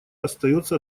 остается